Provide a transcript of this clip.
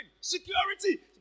security